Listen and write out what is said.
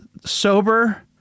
Sober